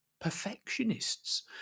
perfectionists